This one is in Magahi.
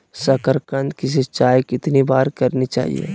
साकारकंद की सिंचाई कितनी बार करनी चाहिए?